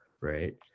right